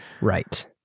Right